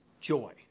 joy